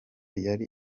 yari